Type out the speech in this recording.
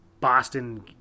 Boston